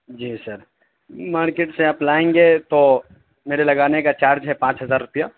جی sir market سے آپ لائیں گے تو میرے لگانے کا چارج ہے پانچ ہزار روپیہ